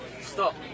Stop